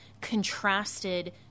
contrasted